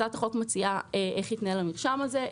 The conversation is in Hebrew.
הצעת החוק מציעה איך יתנהל המרשם הזה.